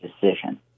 decision